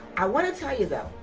i want to tell you though,